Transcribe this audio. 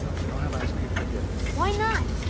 we don't have ice cream for dinner. why not?